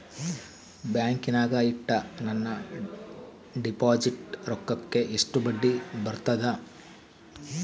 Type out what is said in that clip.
ಬ್ಯಾಂಕಿನಾಗ ಇಟ್ಟ ನನ್ನ ಡಿಪಾಸಿಟ್ ರೊಕ್ಕಕ್ಕ ಎಷ್ಟು ಬಡ್ಡಿ ಬರ್ತದ?